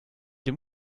dem